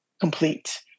complete